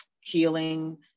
healing